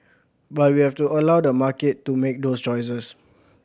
but we have to allow the market to make those choices